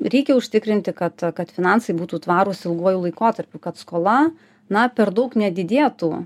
reikia užtikrinti kad kad finansai būtų tvarūs ilguoju laikotarpiu kad skola na per daug nedidėtų